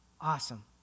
Awesome